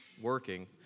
working